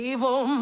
Evil